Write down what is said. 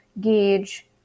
gauge